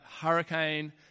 hurricane